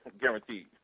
Guaranteed